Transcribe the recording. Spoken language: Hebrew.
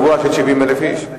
אירוע של 70,000 איש.